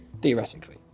theoretically